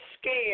scared